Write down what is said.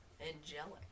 angelic